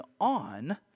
on